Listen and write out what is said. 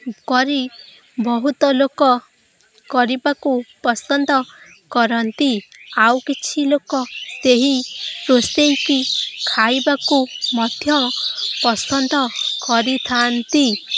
କରି ବହୁତ ଲୋକ କରିବାକୁ ପସନ୍ଦ କରନ୍ତି ଆଉ କିଛି ଲୋକ ସେହି ରୋଷେଇକି ଖାଇବାକୁ ମଧ୍ୟ ପସନ୍ଦ କରିଥାଆନ୍ତି